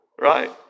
Right